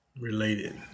related